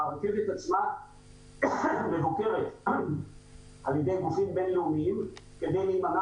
הרכבת עצמה מבוקרת על ידי גופים בין-לאומיים כדי להימנע